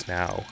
now